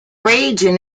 region